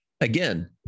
again